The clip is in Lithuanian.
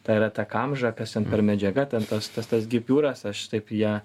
ta yra ta kamža kas ten per medžiaga ten tas tas gipiūras aš taip ją